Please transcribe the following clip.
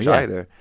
yeah either